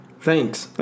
Thanks